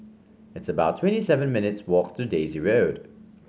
it's about twenty seven minutes' walk to Daisy Road